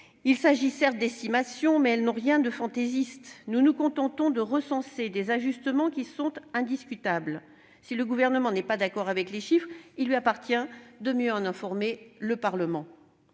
Il s'agit certes d'estimations, mais elles n'ont rien de fantaisiste : nous nous contentons de recenser des ajustements qui sont indiscutables. Si le Gouvernement n'est pas d'accord sur les chiffres, il lui appartient de mieux en informer le Parlement.